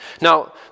Now